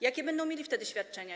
Jakie będą mieli wtedy świadczenia?